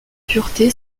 pureté